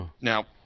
Now